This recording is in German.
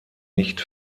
nicht